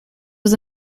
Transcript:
was